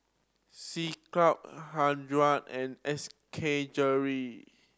C Cube and S K Jewellery